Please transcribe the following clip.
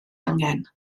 angen